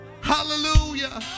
hallelujah